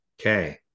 Okay